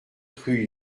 rue